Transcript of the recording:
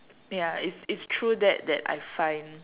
ya it's it's true that that I find